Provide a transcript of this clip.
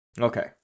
Okay